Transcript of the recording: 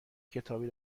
کتابی